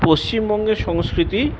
পশ্চিমবঙ্গের সংস্কৃতি